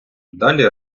далі